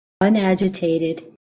unagitated